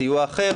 בסיוע אחר,